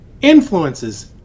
influences